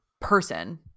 person